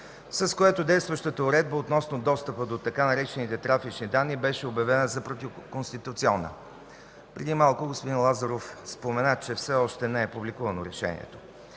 с което действащата уредба относно достъпа до така наречените „трафични данни” беше обявена за противоконституционна. Преди малко господин Лазаров спомена, че все още решението